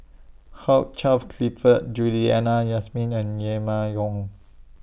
Hugh Charles Clifford Juliana Yasin and Yong